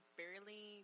barely